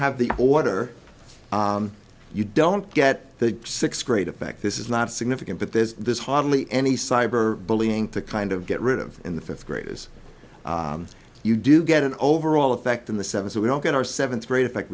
have the water you don't get the sixth grade effect this is not significant but there's hardly any cyber bullying to kind of get rid of in the fifth graders you do get an overall effect in the seven so we don't get our seventh grade